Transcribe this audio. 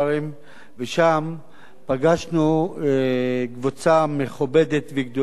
ושם פגשנו קבוצה מכובדת וגדולה של